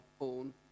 own